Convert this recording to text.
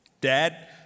Dad